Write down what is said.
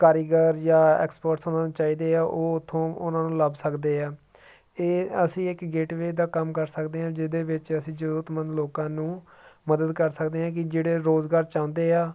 ਕਾਰੀਗਰ ਜਾਂ ਐਕਸਪਰਟਸ ਉਹਨਾਂ ਨੂੰ ਚਾਹੀਦੇ ਆ ਉਹ ਉੱਥੋਂ ਉਹਨਾਂ ਨੂੰ ਲੱਭ ਸਕਦੇ ਆ ਇਹ ਅਸੀਂ ਇੱਕ ਗੇਟਵੇਅਰ ਦਾ ਕੰਮ ਕਰ ਸਕਦੇ ਹਾਂ ਜਿਹਦੇ ਵਿੱਚ ਅਸੀਂ ਜ਼ਰੂਰਤਮੰਦ ਲੋਕਾਂ ਨੂੰ ਮਦਦ ਕਰ ਸਕਦੇ ਹਾਂ ਕਿ ਜਿਹੜੇ ਰੋਜ਼ਗਾਰ ਚਾਹੁੰਦੇ ਆ